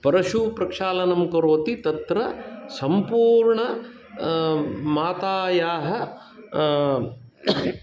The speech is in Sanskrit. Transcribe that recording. परशु प्रक्षालनं करोति तत्र सम्पूर्णं मातायाः